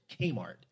Kmart